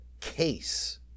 case